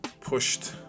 pushed